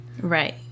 Right